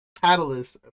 catalyst